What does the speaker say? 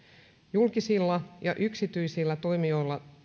julkisilla ja yksityisillä toimijoilla